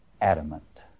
adamant